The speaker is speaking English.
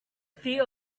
fear